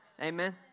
Amen